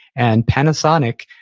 and panasonic,